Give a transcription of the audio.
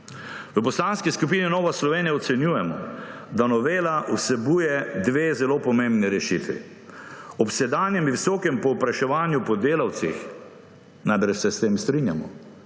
V Poslanski skupini Nova Slovenija ocenjujemo, da novela vsebuje dve zelo pomembni rešitvi. Ob sedanjem visokem povpraševanju po delavcih – najbrž se s tem strinjamo